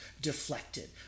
deflected